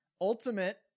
Ultimate